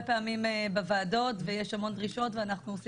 פעמים בוועדות ויש המון דרישות ואנחנו,